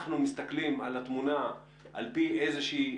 אנחנו מסתכלים על התמונה על פי איזושהי